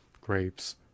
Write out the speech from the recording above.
grapes